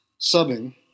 subbing